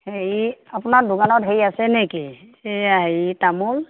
হেৰি আপোনাৰ দোকানত হেৰি আছে নেকি এইয়া হেৰি তামোল